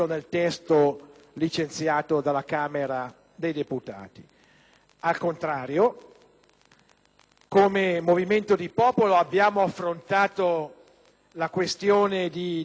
come movimento di popolo abbiamo affrontato la questione di democrazia posta dalla soglia di sbarramento fissata al 4